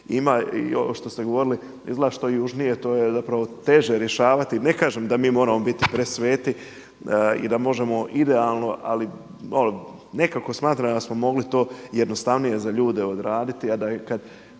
ima i ovo što ste govorili, izgleda što je južnije da je teže rješavati. Ne kažem da mi moramo biti presveti i da možemo idealno ali nekako smatram da smo mogli to jednostavnije za ljude odraditi